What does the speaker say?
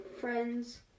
friend's